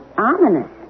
Ominous